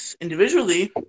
individually